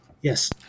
Yes